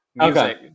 Okay